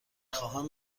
خواهم